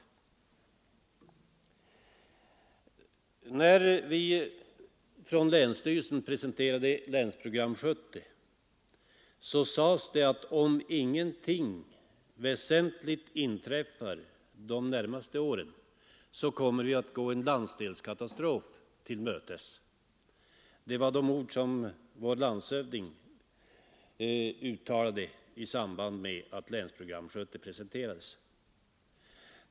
När länsstyrelsen presenterade Länsprogram 70 sades det, att om ingenting väsentligt inträffar de närmaste åren så kommer vi att gå en landsdelskatastrof till mötes. Det var de ord som vår landshövding uttalade i samband med att Länsprogram 70 presenterades.